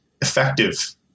effective